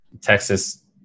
Texas